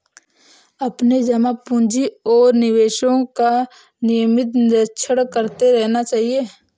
अपने जमा पूँजी और निवेशों का नियमित निरीक्षण करते रहना चाहिए